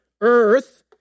earth